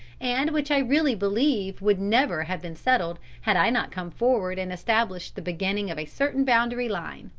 and which i really believe would never have been settled had i not come forward and established the beginning of a certain boundary line.